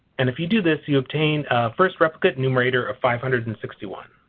and if you do this you obtain first replicate numerator of five hundred and sixty one.